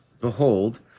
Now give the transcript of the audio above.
Behold